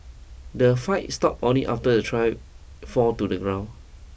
the fight stopped only after the trio fall to the ground